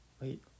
wait